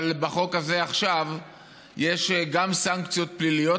אבל בחוק הזה עכשיו יש גם סנקציות פליליות,